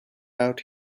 out